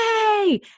yay